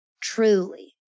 Truly